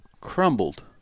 crumbled